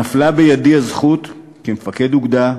נפלה בידי הזכות, כמפקד אוגדה,